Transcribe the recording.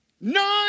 None